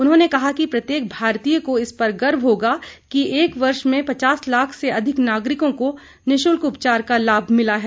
उन्होंने कहा कि प्रत्येक भारतीय को इस पर गर्व होगा कि एक वर्ष में पचास लाख से अधिक नागरिकों को निशुल्क उपचार का लाभ मिला है